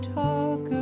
talk